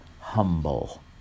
humble